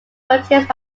purchased